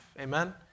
Amen